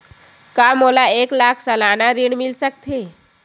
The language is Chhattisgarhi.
का मोला एक लाख सालाना ऋण मिल सकथे?